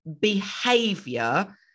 behavior